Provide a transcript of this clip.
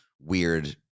weird